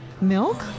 milk